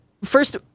First